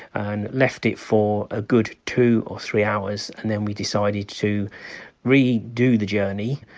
and left it for a good two or three hours and then we decided to redo the journey.